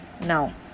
now